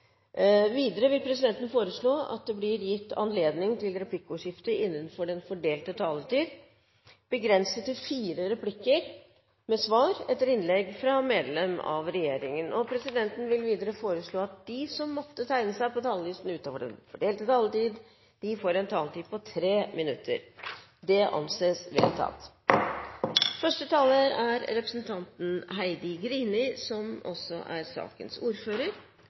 Videre vil presidenten foreslå at det blir gitt anledning til replikkordskifte begrenset til fire replikker med svar etter innlegg fra medlem av regjeringen innenfor den fordelte taletid. Videre blir det foreslått at de som måtte tegne seg på talerlisten utover den fordelte taletid, får en taletid på inntil 3 minutter. – Det anses vedtatt. Som saksordfører i forbindelse med distrikts- og regionalmeldingen er